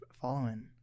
following